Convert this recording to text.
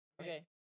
Okay